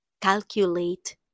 calculate